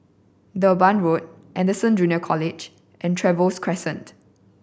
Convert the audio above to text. Durban Road Anderson Junior College and Trevose Crescent